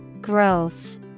Growth